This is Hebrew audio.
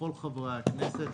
לכל חברי הכנסת,